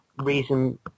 reason